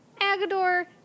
Agador